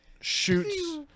shoots